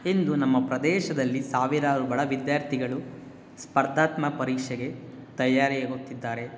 ಇಂದು ನಮ್ಮ ಪ್ರದೇಶದಲ್ಲಿ ಸಾವಿರಾರು ಬಡ ವಿದ್ಯಾರ್ಥಿಗಳು ಸ್ಪರ್ಧಾತ್ಮಕ ಪರೀಕ್ಷೆಗೆ ತಯಾರಿಯಾಗುತ್ತಿದ್ದಾರೆ